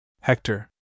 Hector